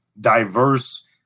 diverse